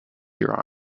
your